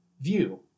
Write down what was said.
view